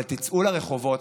אבל תצאו לרחובות.